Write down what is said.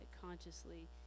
consciously